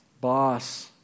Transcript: boss